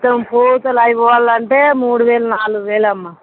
మొత్తం ఫోటోలాగా అవి పోవాలంటే మూడువేలు నాలుగువేలు అమ్మ